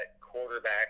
quarterback